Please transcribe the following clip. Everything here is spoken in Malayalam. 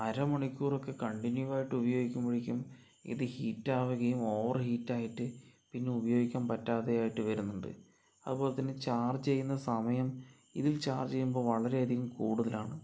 അര മണിക്കൂറൊക്കെ കണ്ടിന്യു ആയിട്ട് ഉപയോഗിക്കുമ്പോഴേക്കും ഇത് ഹീറ്റാവുകയും ഓവർ ഹീറ്റായിട്ട് പിന്നെ ഉപയോഗിക്കാൻ പറ്റാതെയായിട്ട് വരുന്നുണ്ട് അതുപോലെതന്നെ ചാർജ് ചെയ്യുന്ന സമയം ഇതിൽ ചാർജ് ചെയ്യുമ്പോൾ വളരെയധികം കൂടുതലാണ്